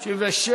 97,